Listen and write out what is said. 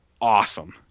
awesome